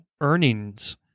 earnings